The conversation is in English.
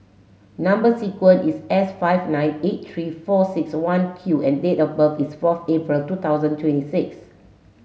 number sequence is S five nine eight three four six one Q and date of birth is fourth April two thousand twenty six